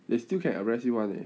they still can arrest you [one] leh